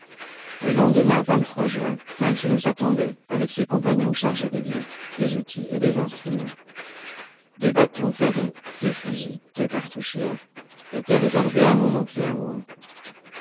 le lendemain juin hans nous attendait avec ses compagnons chargés des vivres des outils et des instruments deux bâtons ferrés deux fusils deux cartouchières étaient réservés à mon oncle et à moi